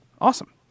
awesome